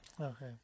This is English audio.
Okay